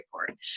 report